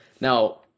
Now